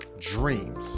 Dreams